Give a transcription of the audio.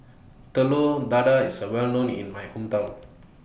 Telur Dadah IS Well known in My Hometown